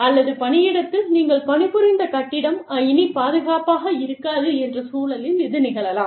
அல்லது பணியிடத்தில் நீங்கள் பணிபுரிந்த கட்டிடம் இனி பாதுகாப்பாக இருக்காது என்ற சூழலில் இது நிகழலாம்